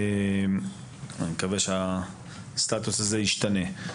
אני מקווה שהסטטוס הזה ישתנה.